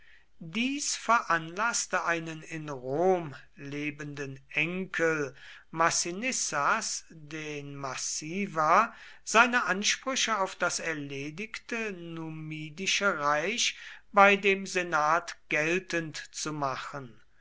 dies veranlaßte einen in rom lebenden enkel massinissas den massiva seine ansprüche auf das erledigte numidische reich bei dem senat geltend zu machen